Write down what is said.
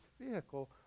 vehicle